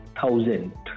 thousand